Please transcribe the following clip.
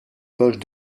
poches